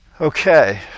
okay